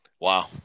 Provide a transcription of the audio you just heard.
Wow